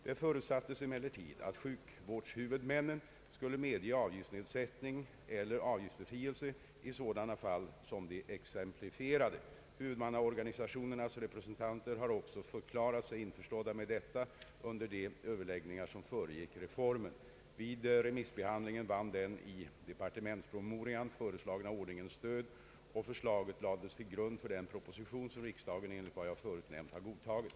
Det förutsattes emellertid att sjukvårdshuvudmännen skulle medge avgiftsned sättning eller avgiftsbefrielse i sådana fall som de exemplifierade. Huvudmannaorganisationernas representanter hade också förklarat sig införstådda med detta under de överläggningar som föregick reformen. Vid remissbehandlingen vann den i departementspromemorian = föreslagna ordningen stöd och förslaget lades till grund för den proposition som riksdagen enligt vad jag förut nämnt har godtagit.